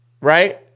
right